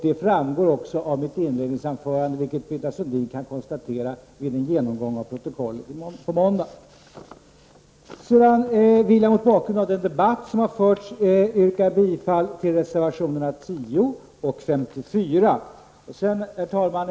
Det framgår av mitt inledningsanförande, vilket Britta Sundin kan konstatera vid en genomläsning av protokollet på måndag. Sedan vill jag mot bakgrund av den debatt som har förts yrka bifall till reservationerna 10 och 54. Herr talman!